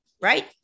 right